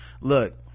look